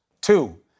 Two